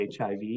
HIV